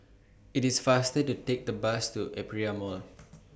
IT IS faster to Take The Bus to Aperia Mall